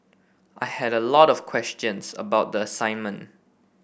I had a lot of questions about the assignment